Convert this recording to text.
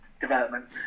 development